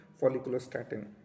folliculostatin